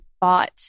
bought